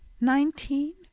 Nineteen